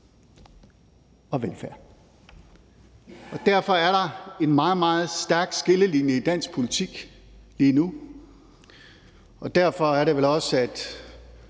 og velfærd. Derfor er der en meget, meget stærk skillelinje i dansk politik lige nu, og det er vel også